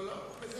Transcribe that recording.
לא, לא.